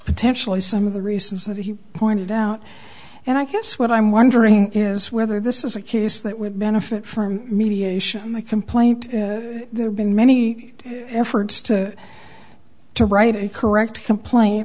potentially some of the reasons that he pointed out and i guess what i'm wondering is whether this is accused that would benefit from mediation the complaint there have been many efforts to to write a correct compla